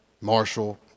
Marshall